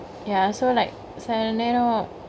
ya so like சில நேரொ:sela naero